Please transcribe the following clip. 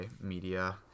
media